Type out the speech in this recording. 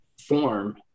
form